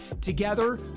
Together